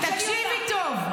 תקשיבי טוב.